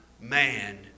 man